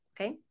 okay